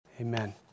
Amen